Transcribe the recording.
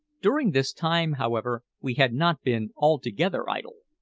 during this time, however, we had not been altogether idle.